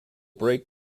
break